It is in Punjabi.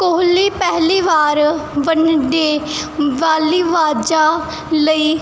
ਕੋਹਲੀ ਪਹਿਲੀ ਵਾਰ ਵੰਨ ਡੇ ਵਾਲੀ ਵਾਜਾ ਲਈ